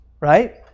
right